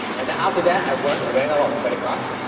and, after that, i ran out of credit cards.